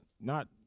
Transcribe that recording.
not-